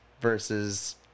versus